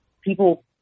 people